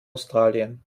australien